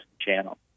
channel